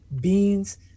beans